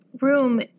room